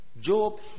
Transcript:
Job